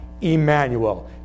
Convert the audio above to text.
Emmanuel